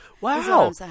Wow